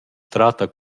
tratta